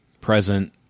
present